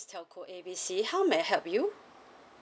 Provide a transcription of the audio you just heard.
telco A B C how may I help you